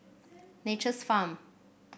Nature's Farm